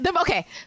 okay